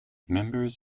members